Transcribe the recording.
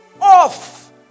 off